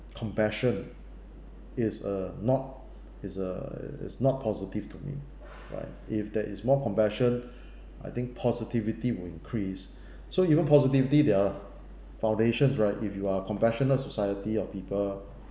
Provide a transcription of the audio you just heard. compassion is uh not is uh is not positive to me right if there is more compassion I think positivity will increase so even positivity their foundation right if you are a compassionate society of people